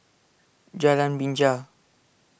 Jalan Binja